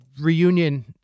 reunion